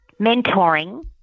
mentoring